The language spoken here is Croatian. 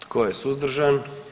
Tko je suzdržan?